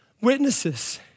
witnesses